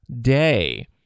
day